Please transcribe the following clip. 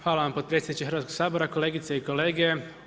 Hvala vam podpredsjedniče Hrvatskog sabora, kolegice i kolege.